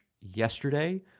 yesterday